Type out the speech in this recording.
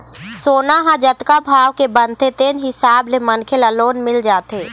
सोना ह जतका भाव के बनथे तेन हिसाब ले मनखे ल लोन मिल जाथे